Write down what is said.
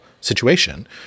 situation